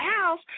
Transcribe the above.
house